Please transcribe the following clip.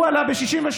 הוא עלה ב-67%.